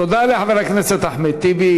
תודה לחבר הכנסת אחמד טיבי.